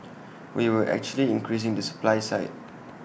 we were actually increasing the supply side